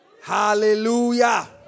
Hallelujah